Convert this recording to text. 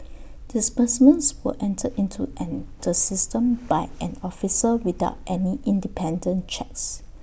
disbursements were entered into an the system by an officer without any independent checks